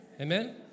Amen